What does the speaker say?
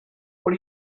what